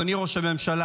אדוני ראש הממשלה,